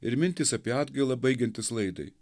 ir mintys apie atgailą baigiantis laidai